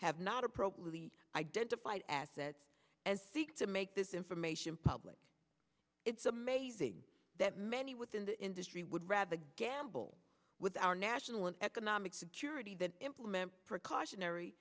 have not appropriately identified and seek to make this information public it's amazing that many within the industry would rather a gamble with our national and economic security than implement precautionary